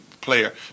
player